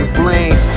blame